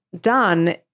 done